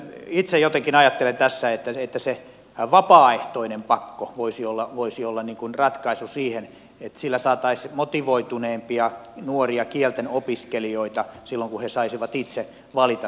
itse jotenkin ajattelen tässä että se vapaaehtoinen pakko voisi olla ratkaisu siihen että sillä saataisiin motivoituneempia nuoria kieltenopiskelijoita silloin kun he saisivat itse valita kielen